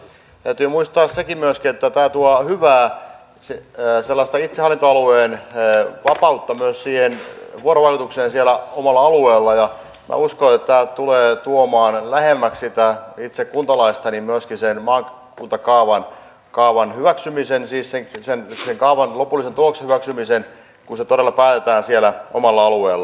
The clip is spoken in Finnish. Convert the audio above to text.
täytyy muistaa myöskin se että tämä tuo sellaista hyvää itsehallintoalueen vapautta myös siihen vuorovaikutukseen siellä omalla alueella ja minä uskon että sen maakuntakaavan lopullisen tuloksen hyväksyminen tulee tuomaan sen lähemmäksi sitä itse kuntalaista myöskin kun se todella päätetään siellä omalla alueella